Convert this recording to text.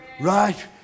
Right